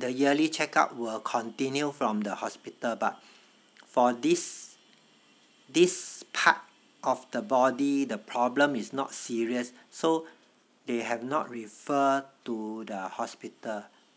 the yearly check up will continue from the hospital but for this this part of the body the problem is not serious so they have not refer to the hospital